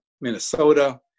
Minnesota